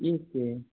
ಏಕೆ